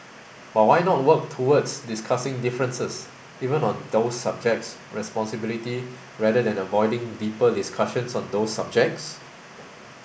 but why not work towards discussing differences even on those subjects responsibility rather than avoiding deeper discussions on those subjects